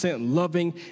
loving